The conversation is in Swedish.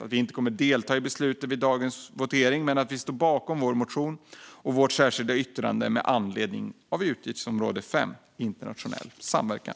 Vi kommer inte att delta i beslutet vid dagens votering, men vi står bakom vår motion och vårt särskilda yttrande med anledning av utgiftsområde 5 Internationell samverkan.